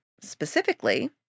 specifically